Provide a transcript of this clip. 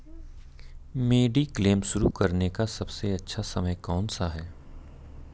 Mediclaim शुरू करने का सबसे अच्छा समय कौनसा है?